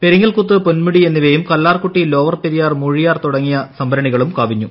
പെരിങ്ങൽകുത്ത് പൊന്മുടി എന്നിവയും കല്ലാർകുട്ടി ലോവർ പെരിയാർ മൂഴിയാർ തുടങ്ങിയ സംഭരണികളും കവിഞ്ഞു